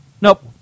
Nope